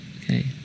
Okay